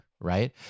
right